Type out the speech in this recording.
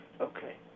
Okay